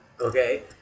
Okay